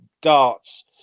darts